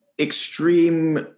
extreme